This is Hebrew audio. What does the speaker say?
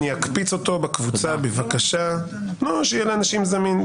אני אקפיץ אותו בקבוצה, שיהיה לאנשים זמין.